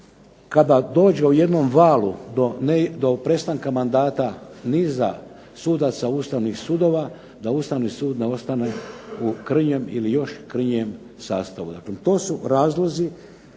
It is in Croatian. kada dođe u jednom valu do prestanka mandata niza sudaca ustavnih sudova da Ustavni sud ne ostane u krnjem ili još krnjijem sastavu.